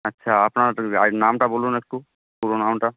আচ্ছা আপনার টা আই নামটা বলুন একটু পুরো নামটা